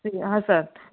आसात